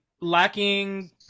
lacking